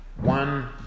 One